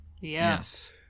Yes